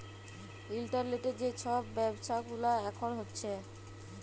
ইলটারলেটে যে ছব ব্যাব্ছা গুলা এখল হ্যছে